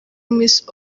miss